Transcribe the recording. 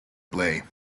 play